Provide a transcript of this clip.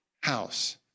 house